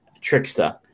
trickster